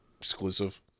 Exclusive